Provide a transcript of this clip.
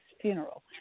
funeral